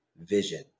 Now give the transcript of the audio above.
vision